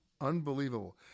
Unbelievable